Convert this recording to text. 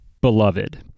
beloved